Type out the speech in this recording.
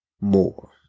more